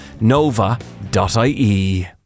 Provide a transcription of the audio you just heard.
Nova.ie